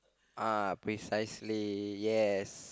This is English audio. uh precisely yes